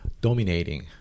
dominating